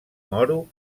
moro